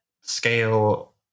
scale